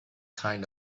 kind